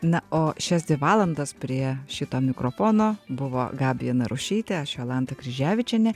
na o šias dvi valandas prie šito mikrofono buvo gabija narušytė aš jolanta kryževičienė